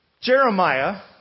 Jeremiah